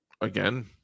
again